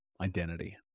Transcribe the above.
identity